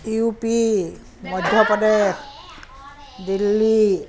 U P Madhya Pradesh Delhi